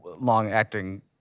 long-acting